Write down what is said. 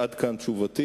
עד כאן תשובתי.